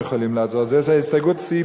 זו הסתייגות מס'